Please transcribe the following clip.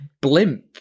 blimp